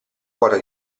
quota